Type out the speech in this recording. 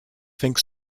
think